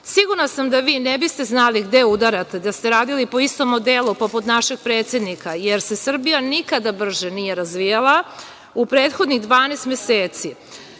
Sigurna sam da vi ne biste znali gde udarate da ste radili po istom modelu poput našeg predsednika, jer se Srbija nikada brže nije razvijala.U prethodnih 12 meseci